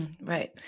Right